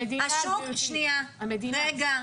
המדינה גברתי, השוק, שנייה, רגע.